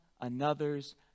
another's